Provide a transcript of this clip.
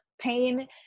pain